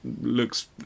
looks